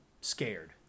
scared